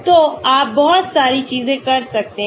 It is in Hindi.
तो आप बहुत सारी चीजें कर सकते हैं